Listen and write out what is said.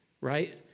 right